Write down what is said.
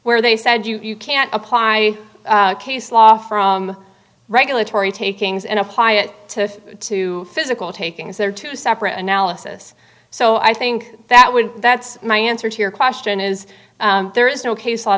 where they said you can't apply case law from regulatory takings and apply it to two physical takings there are two separate analysis so i think that would that's my answer to your question is there is no case law